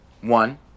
One